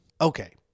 Okay